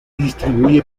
distribuye